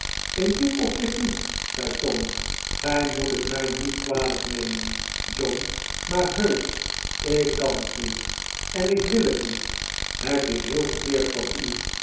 in dit opzicht niet zei tom gij moet het mij niet kwalijk nemen john maar heusch ik kan het niet en ik wil het niet het is heel verkeerd van u